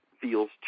feels